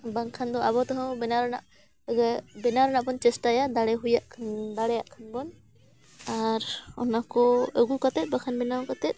ᱵᱟᱝᱠᱷᱟᱱ ᱫᱚ ᱟᱵᱚ ᱛᱮᱦᱚᱸ ᱵᱮᱱᱟᱣ ᱨᱮᱱᱟᱜ ᱵᱮᱱᱟᱣ ᱨᱮᱱᱟᱜ ᱵᱚᱱ ᱪᱮᱥᱴᱟᱭᱟ ᱫᱟᱲᱮ ᱦᱩᱭᱟᱱ ᱫᱟᱲᱮᱭᱟᱜ ᱠᱷᱟᱱ ᱵᱚᱱ ᱟᱨ ᱚᱱᱟ ᱠᱚ ᱟᱹᱜᱩ ᱠᱟᱛᱮᱫ ᱵᱟᱠᱷᱟᱱ ᱵᱮᱱᱟᱣ ᱠᱟᱛᱮᱫ